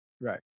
Right